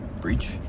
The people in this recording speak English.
Breach